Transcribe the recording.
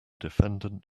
defendant